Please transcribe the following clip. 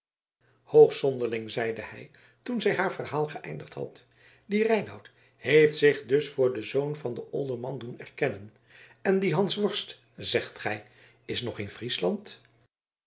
hoogst zonderling zeide hij toen zij haar verhaal geëindigd had die reinout heeft zich dus voor den zoon van den olderman doen erkennen en die hansworst zegt gij is nog in friesland